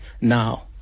now